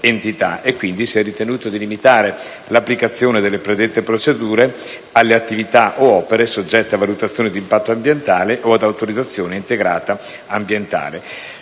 Quindi si è ritenuto di limitare l'applicazione delle predette procedure alle attività od opere soggette a valutazione d'impatto ambientale o ad autorizzazione integrata ambientale.